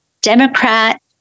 Democrat